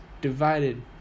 divided